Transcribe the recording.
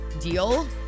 deal